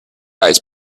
ice